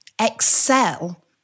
excel